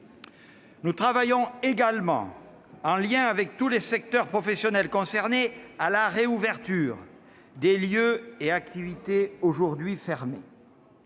Nous travaillons également, en lien avec tous les secteurs professionnels concernés, à la réouverture prochaine des lieux et activités aujourd'hui fermés.